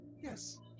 Yes